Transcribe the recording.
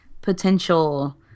potential